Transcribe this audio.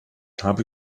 habe